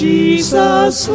Jesus